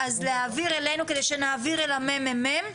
אז להעביר אלינו כדי שנעביר לממ"מ,